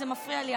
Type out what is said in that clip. הרעש מפריע לי,